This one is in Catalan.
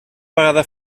vegada